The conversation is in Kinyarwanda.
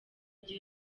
gihe